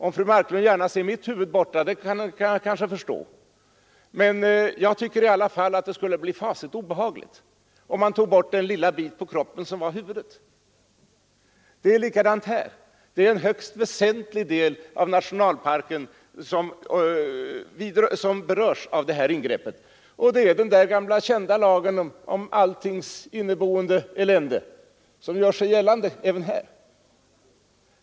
Om fru Marklund gärna ser mitt huvud borta, så kan jag kanske förstå det, men jag tycker i alla fall att det skulle bli mycket obehagligt, om man tog bort den lilla bit på kroppen som huvudet utgör. Det är likadant i fråga om nationalparken. Det är en högst väsentlig del av nationalparken som berörs av det här ingreppet. Det är den gamla kända lagen om alltings inneboende elände som gör sig gällande även här.